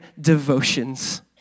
devotions